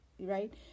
Right